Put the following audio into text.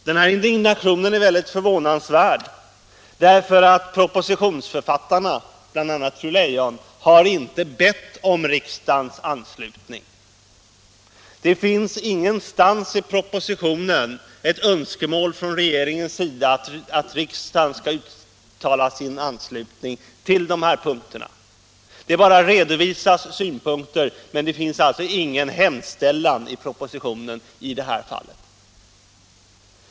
Denna indignation är förvånansvärd därför att propositionsförfattarna, bl.a. fru Leijon, inte har bett om riksdagens anslutning. Det finns ingenstans i propositionen ett önskemål från regeringens sida att riksdagen skall uttala sin anslutning till dessa synpunkter. Man bara redovisar synpunkter, men det finns ingen hemställan i propositionen i det här fallet.